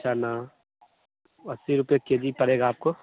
चना अस्सी रुपये के जी पड़ेगी आपको